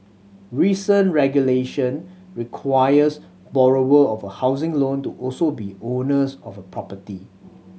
recent regulation requires borrower of a housing loan to also be owners of a property